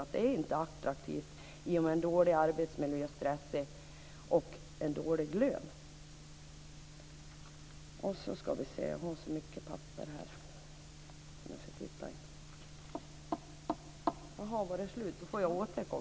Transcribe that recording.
Vårdsektorn är inte attraktiv i och med en dålig och stressig arbetsmiljö och en dålig lön.